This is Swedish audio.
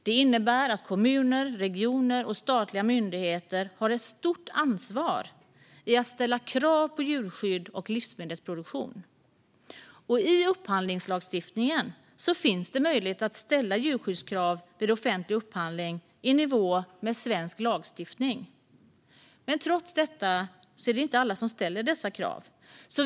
Det innebär att kommuner, regioner och statliga myndigheter har ett stort ansvar att ställa krav på djurskydd och livsmedelsproduktion. I upphandlingslagstiftningen finns det möjlighet att vid offentlig upphandling ställa djurskyddskrav i nivå med svensk lagstiftning. Trots detta är det inte alla som ställer dessa krav.